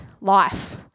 life